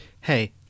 Hey